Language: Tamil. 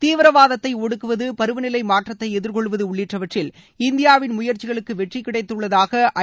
தீவிரவாதத்தை ஒடுக்குவது பருவநிலை மாற்றத்தை எதிர்கொள்வது உள்ளிட்டவற்றில் இந்தியாவின் முயற்சிகளுக்கு வெற்றி கிடைத்துள்ளதாக ஐ